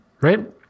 right